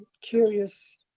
curious